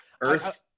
earth